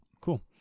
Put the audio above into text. cool